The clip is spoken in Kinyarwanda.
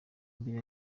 mbere